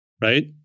right